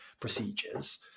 procedures